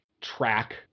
track